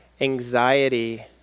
anxiety